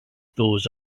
those